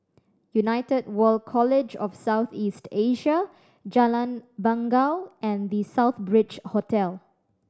United World College of South East Asia Jalan Bangau and The Southbridge Hotel